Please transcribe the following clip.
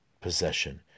possession